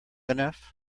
enough